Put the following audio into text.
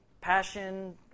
passion